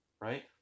right